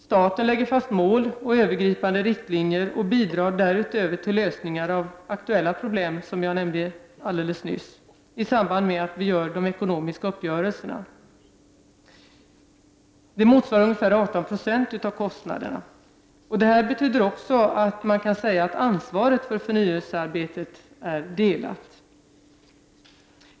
Staten lägger fast mål och övergripande riktlinjer och bidrar därutöver, som jag nämnde, till lösningar av aktuella problem i samband med att de ekonomiska uppgörelserna träffas. Det motsvarar ungefär 18 90 av kostnaderna. Man kan därför säga att ansvaret för förnyelsearbetet är delat.